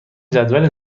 جدول